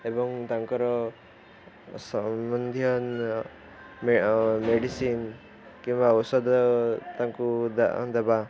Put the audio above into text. ଏବଂ ତାଙ୍କର ସମ୍ବନ୍ଧୀୟ ମେଡ଼ିସିନ କିମ୍ବା ଔଷଧ ତାଙ୍କୁ ଦେବା